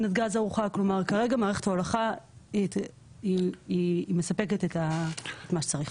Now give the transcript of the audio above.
כלומר, כרגע מערכת ההולכה מספקת את מה שצריך.